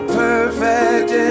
perfect